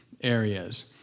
areas